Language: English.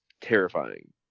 terrifying